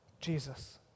Jesus